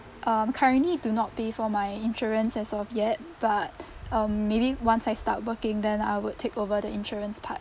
um currently do not pay for my insurance as of yet but um maybe once I start working then I would take over the insurance part